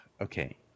Okay